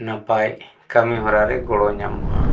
ᱱᱟᱯᱟᱭ ᱠᱟᱹᱢᱤᱦᱚᱨᱟ ᱨᱮ ᱜᱚᱲᱚ ᱧᱟᱢᱚᱜᱼᱟ